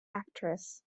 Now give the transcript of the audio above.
actress